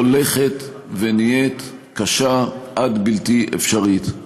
הולכת ונהיית קשה עד בלתי אפשרית.